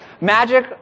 Magic